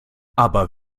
aber